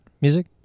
music